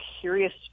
curious